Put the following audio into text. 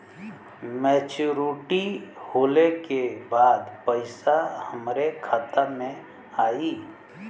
Maturity होले के बाद पैसा हमरे खाता में आई?